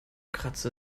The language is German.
kratzte